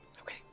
Okay